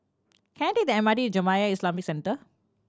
can I take the M R T Jamiyah Islamic Centre